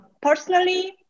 personally